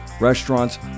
restaurants